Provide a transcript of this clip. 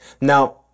Now